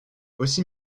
aussi